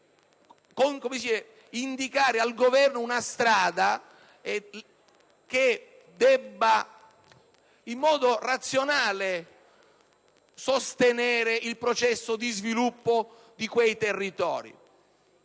indicare al Governo una strada che, in modo razionale, debba sostenere il processo di sviluppo di quei territori.